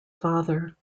father